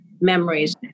memories